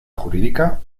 jurídica